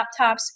laptops